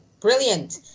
brilliant